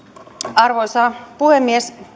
arvoisa puhemies